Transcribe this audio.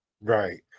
Right